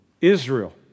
Israel